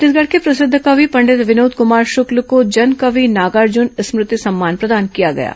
छत्तीसगढ़ के प्रसिद्ध कवि पंडित विनोद कुमार शुक्ल को जनकवि नागार्जुन स्मृति सम्मान प्रदान किया गया है